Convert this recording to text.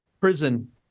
prison